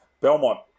Belmont